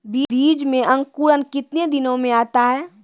बीज मे अंकुरण कितने दिनों मे आता हैं?